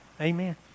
Amen